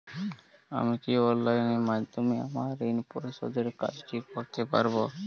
আমি কি অনলাইন মাধ্যমে আমার ঋণ পরিশোধের কাজটি করতে পারব?